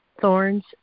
Thorns